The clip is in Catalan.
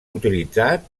utilitzat